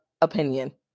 opinion